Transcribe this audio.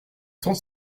trente